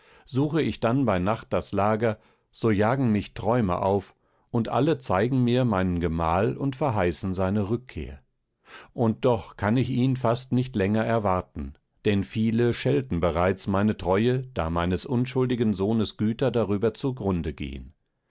suche ich dann bei nacht das lager so jagen mich träume auf und alle zeigen mir meinen gemahl und verheißen seine rückkehr und doch kann ich ihn fast nicht länger erwarten denn viele schelten bereits meine treue da meines unschuldigen sohnes güter darüber zu grunde gehen